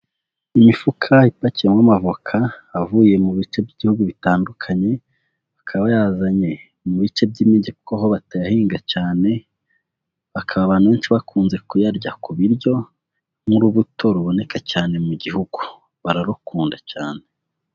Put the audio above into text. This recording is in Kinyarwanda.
Imifuka ipakiyemo amavoka avuye mu bice by'ibihugu bitandukanye, akaba yazanye mu bice by'imijyi kuko aho batayahinga cyane, bakaba abantu benshi bakunze kuyarya ku biryo nk'urubuto ruboneka cyane mu gihugu bararukunda cyane,